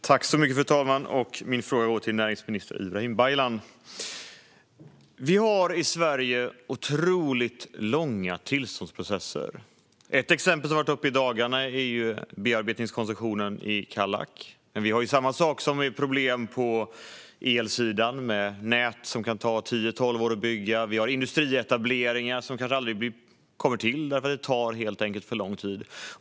Fru talman! Min fråga går till näringsminister Ibrahim Baylan. Vi har i Sverige otroligt långa tillståndsprocesser. Ett exempel som har varit uppe i dagarna är bearbetningskoncessionen i Kallak. Samma sak är ett problem på elsidan, med nät som kan ta tio tolv år att bygga. Vi har industrietableringar som kanske aldrig kommer till därför att det helt enkelt tar för lång tid.